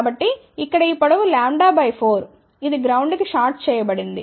కాబట్టి ఇక్కడ ఈ పొడవు λ 4 ఇది గ్రౌండ్ కి షార్ట్ చేయబడింది